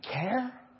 care